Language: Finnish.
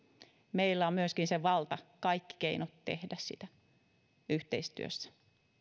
meillä on myöskin se valta kaikki keinot tehdä sitä yhteistyössä kiitos